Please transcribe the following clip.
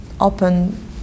open